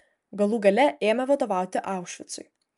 galų gale ėmė vadovauti aušvicui